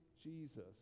Jesus